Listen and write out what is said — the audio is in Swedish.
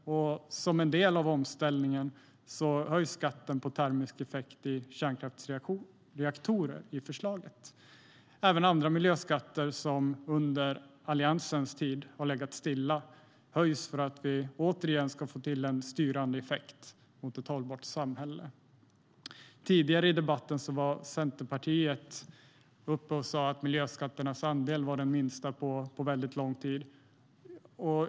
Som en del av omställningen höjs enligt förslaget skatten på termisk effekt i kärnkraftsreaktorer. Även andra miljöskatter som under Alliansens tid legat stilla höjs för att vi återigen ska få till en styrande effekt mot ett hållbart samhälle. Tidigare i debatten var Centerpartiet uppe i talarstolen och sade att miljöskatternas andel var den minsta på väldigt lång tid.